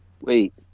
wait